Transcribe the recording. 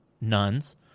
nuns